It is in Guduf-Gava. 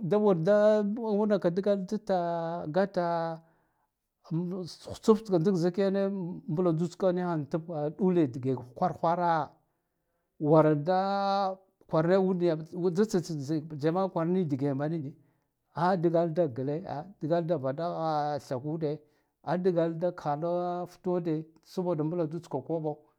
dawar da awna ka dgalada tsata gata hutsat tska zak ndikene mbladuha tska niha dule dige kwal hawara war da kwaran yadag tsitsa jama'a kwarane nidike manin bi a dgalada gle a dgala da vaɗaya a sakude adgala da kada fatude saboda mbladu tsak koɓa.